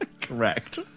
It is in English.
Correct